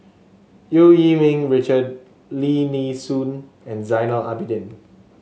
Eu Yee Ming Richard Lim Nee Soon and Zainal Abidin